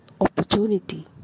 opportunity